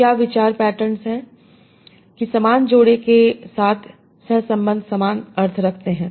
तो क्या विचार पैटर्न है कि समान जोड़े के साथ सह संबंध समान अर्थ रखते हैं